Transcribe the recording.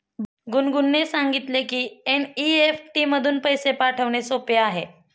गुनगुनने सांगितले की एन.ई.एफ.टी मधून पैसे पाठवणे सोपे आहे